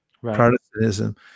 Protestantism